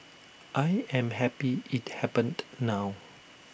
I am happy IT happened now